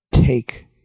take